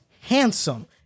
handsome